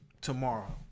tomorrow